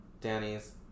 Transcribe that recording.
Danny's